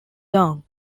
down